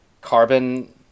carbon